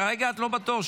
כרגע את לא בתור.